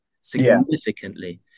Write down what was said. significantly